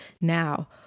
Now